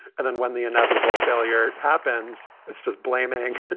and then when the inevitable failure happens, it's just blaming,